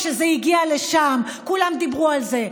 כשזה הגיע לשם כולם דיברו על זה.